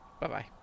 Bye-bye